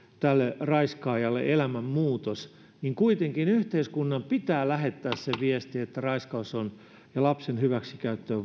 tälle raiskaajalle elämänmuutos niin kuitenkin yhteiskunnan pitää lähettää se viesti että raiskaus ja lapsen hyväksikäyttö